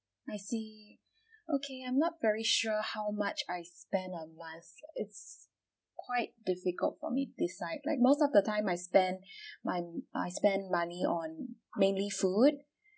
I see okay I'm not very sure how much I spend a month it's quite difficult for me decide like most of the time I spend my I spend money on mainly food